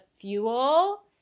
fuel